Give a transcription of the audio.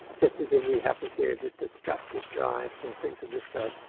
just as if we have the theory of the destructive drives or things of this kind,